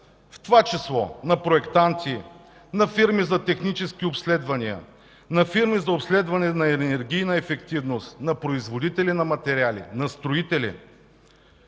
в това число на проектанти, на фирми за технически обследвания, на фирми за обследване на енергийна ефективност, на производители на материали, на строители.